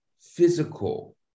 physical